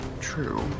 true